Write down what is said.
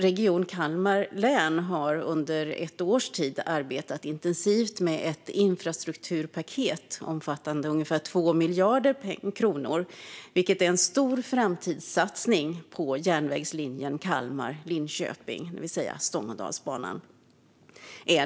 Region Kalmar län har under ett års tid arbetat intensivt med ett infrastrukturpaket omfattande ungefär 2 miljarder kronor, vilket är en stor framtidssatsning på järnvägslinjen Kalmar-Linköping, det vill säga Stångådalsbanan.